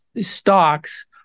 stocks